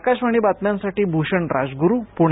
आकाशवाणी बातम्यांसाठी भूषण राजगुरू पुणे